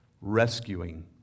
rescuing